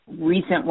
recent